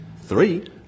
three